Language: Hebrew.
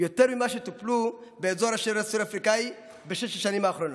יותר ממה שטופלו באזור השבר הסורי-אפריקאי בשש השנים האחרונות.